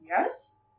Yes